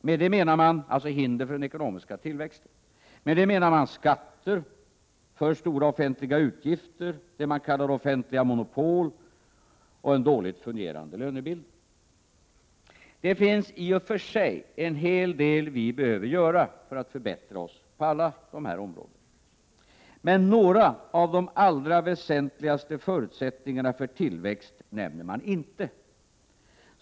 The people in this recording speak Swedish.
Med det menar man hinder för den ekonomiska tillväxten, dvs. skatter, för stora offentliga utgifter, offentliga monopol och en dåligt fungerande lönebildning. Det finns i och för sig en hel del som vi behöver göra för att förbättra oss på alla dessa områden. Men några av de allra väsentligaste förutsättningarna för tillväxt nämner inte de borgerliga.